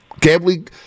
Gambling